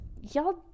y'all